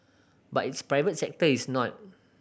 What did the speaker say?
but its private sector is not